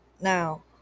Now